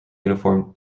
uniform